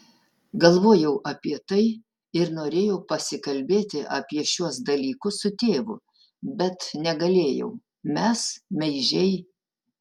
galvojau apie tai ir norėjau pasikalbėti apie šiuos dalykus su tėvu bet negalėjau mes meižiai